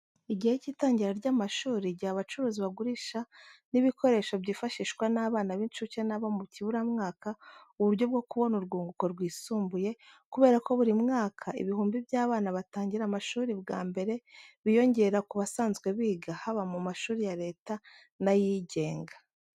Igihe cy'itangira ry'amashuri giha abacuruzi bagurisha n'ibikoresho byifashishwa n'abana b'incuke n'abo mu kiburamwaka uburyo bwo kubona urwunguko rwisumbuye, kubera ko buri mwaka ibihumbi by'abana batangira amashuri bwa mbere, biyongera ku basanzwe biga, haba mu mashuri ya Leta n'ayigenga.